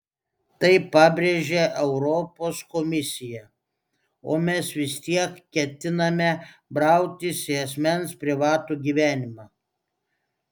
tai pabrėžia europos komisija o mes vis tiek ketiname brautis į asmens privatų gyvenimą